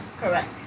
correct